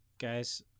Guys